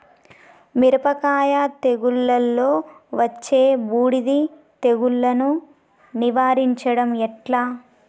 మిరపకాయ తెగుళ్లలో వచ్చే బూడిది తెగుళ్లను నివారించడం ఎట్లా?